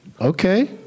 Okay